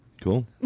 Cool